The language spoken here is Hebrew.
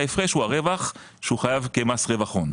ההפרש הוא הרווח שהוא חייב כמס רווח הון.